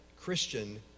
Christian